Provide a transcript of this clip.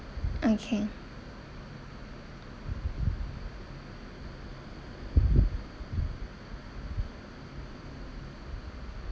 okay